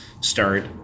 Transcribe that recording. start